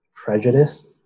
Prejudice